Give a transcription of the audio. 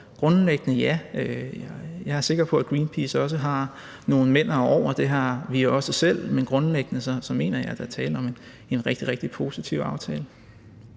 grundlæggende ja. Jeg er sikker på, at Greenpeace også har nogle men'er over det, og det har vi også selv, men grundlæggende mener jeg, at der er tale om en rigtig, rigtig positiv aftale.